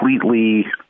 completely